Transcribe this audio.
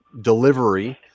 delivery